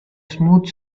smooth